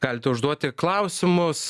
galite užduoti klausimus